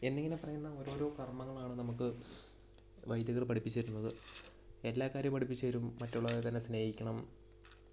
എന്നിങ്ങനെ പറയുന്ന ഓരോരോ കർമങ്ങളാണ് നമുക്ക് വൈദികർ പഠിപ്പിച്ച് തരുന്നത് എല്ലാ കാര്യവും പഠിപ്പിച്ച് തരും മറ്റുള്ളവരിനെ സ്നേഹിക്കണം